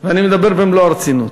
ואני מדבר במלוא הרצינות.